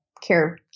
care